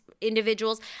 individuals